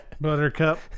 buttercup